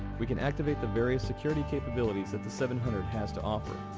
we can activate the various security capabilities that the seven hundred has to offer.